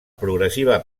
progressiva